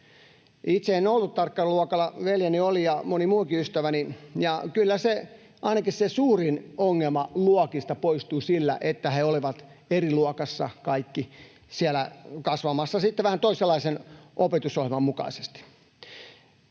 Itse en ollut tarkkailuluokalla, veljeni oli ja moni muukin ystäväni, ja kyllä ainakin se suurin ongelma luokasta poistui sillä, että he olivat siellä eri luokassa kasvamassa vähän toisenlaisen opetusohjelman mukaisesti.